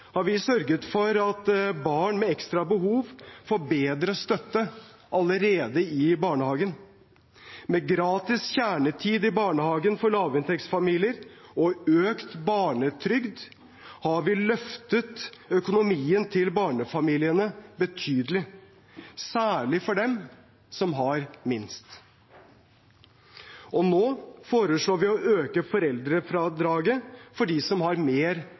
har vi sørget for at barn med ekstra behov får bedre støtte allerede i barnehagen. Med gratis kjernetid i barnehagen for lavinntektsfamilier og økt barnetrygd har vi løftet økonomien til barnefamiliene betydelig, særlig til dem som har minst. Og nå foreslår vi å øke foreldrefradraget for dem som har mer